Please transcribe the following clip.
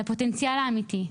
את הפוטנציאל האמיתי.